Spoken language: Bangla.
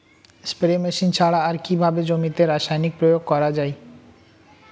স্প্রে মেশিন ছাড়া আর কিভাবে জমিতে রাসায়নিক প্রয়োগ করা যায়?